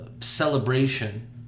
celebration